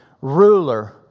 ruler